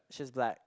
she's black